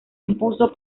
impuso